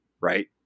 right